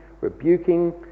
rebuking